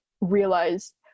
realize